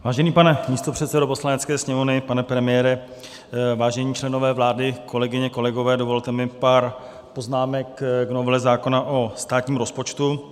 Vážený pane místopředsedo Poslanecké sněmovny, pane premiére, vážení členové vlády, kolegyně, kolegové, dovolte mi pár poznámek k novele zákona o státním rozpočtu.